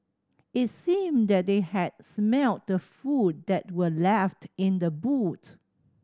it seemed that they had smelt the food that were left in the boot